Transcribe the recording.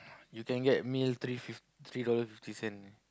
you can get meal three fif~ three dollar fifty cent eh